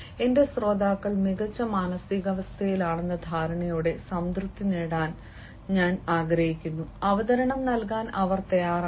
എന്റെ ശ്രോതാക്കൾ മികച്ച മാനസികാവസ്ഥയിലാണെന്ന ധാരണയോടെ സംതൃപ്തി നേടാൻ ഞാൻ ആഗ്രഹിക്കുന്നു അവതരണം നൽകാൻ അവർ തയ്യാറാണ്